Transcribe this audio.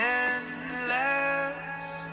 endless